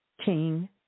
King